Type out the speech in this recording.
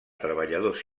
treballadors